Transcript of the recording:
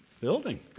building